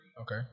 Okay